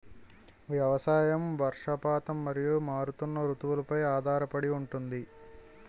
వ్యవసాయం వర్షపాతం మరియు మారుతున్న రుతువులపై ఆధారపడి ఉంటుంది